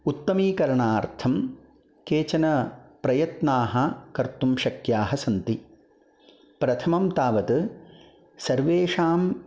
उत्तमीकरणार्थं केचन प्रयत्नाः कर्तुं शक्याः सन्ति प्रथमं तावत् सर्वेषां